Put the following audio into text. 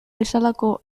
bezalako